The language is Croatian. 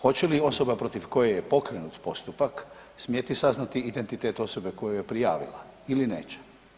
Hoće li osoba protiv koje je pokrenut postupak smjeti saznati identitet osobe koja ju je prijavila ili neće?